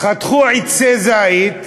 חתכו עצי זית,